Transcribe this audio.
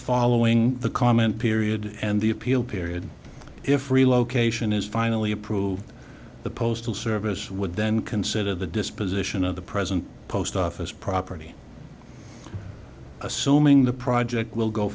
following the comment period and the appeal period if relocation is finally approved the postal service would then consider the disposition of the present post office property assuming the project will go